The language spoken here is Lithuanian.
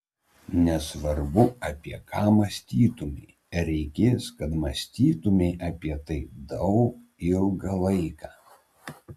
nesvarbu apie ką mąstytumei reikės kad mąstytumei apie tai daug ilgą laiką